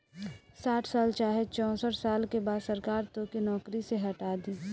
साठ साल चाहे चौसठ साल के बाद सरकार तोके नौकरी से हटा दी